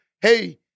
Hey